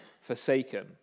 forsaken